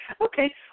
Okay